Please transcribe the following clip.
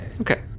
Okay